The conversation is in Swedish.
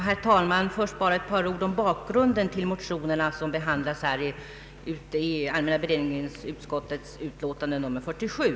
Herr talman! Först bara ett par ord om bakgrunden till de motioner som behandlas i allmänna beredningsutskottets utlåtande nr 47.